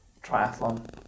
triathlon